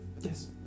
Yes